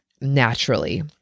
naturally